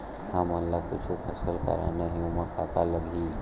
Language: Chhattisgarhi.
हमन ला कुछु फसल करना हे ओमा का का लगही?